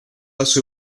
hace